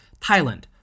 Thailand